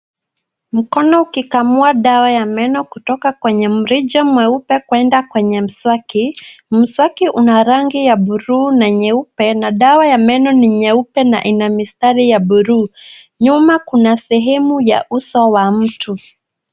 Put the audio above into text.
Mkono ukikamua dawa ya meno kutoka kwenye mrija mweupe kwenda kwenye mswaki. Mswaki una rangi ya bluu na nyeupe na dawa ya meno ni nyeupe na ina mistari ya bluu. Nyuma kuna sehemu ya uso wa mtu.